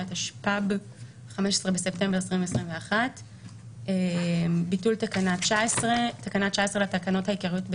התשפ"ב (15 בספטמבר 2021)". ביטול תקנה 19 תקנה 19 לתקנות העיקריות,